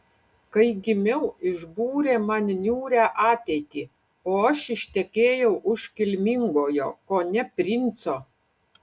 kai gimiau išbūrė man niūrią ateitį o aš ištekėjau už kilmingojo kone princo